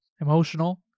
emotional